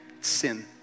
sin